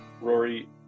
Rory